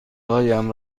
هایم